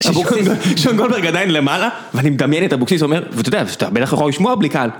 שון גולדברג עדיין למעלה, ואני מדמיין את אבוקסיס ואומר, ואתה יודע, אתה בטח יכול לשמוע בלי קהל.